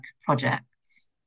projects